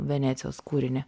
venecijos kūrinį